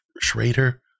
Schrader